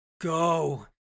Go